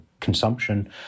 consumption